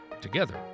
Together